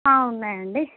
ఉన్నాయండి